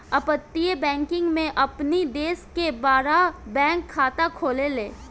अपतटीय बैकिंग में आदमी देश के बाहर बैंक खाता खोलेले